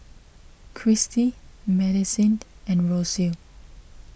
Christie Madisyn and Rocio